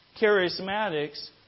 charismatics